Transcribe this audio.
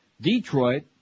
Detroit